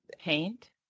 paint